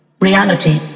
Reality